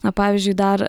na pavyzdžiui dar